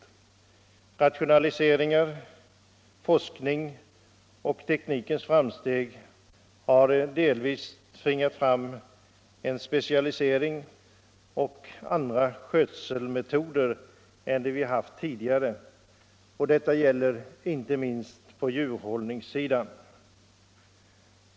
Rationaliseringar, forskning och teknikens framsteg har delvis tvingat fram en specialisering och andra skötselmetoder än dem vi haft tidigare. Detta gäller inte minst på djurhållningssidan.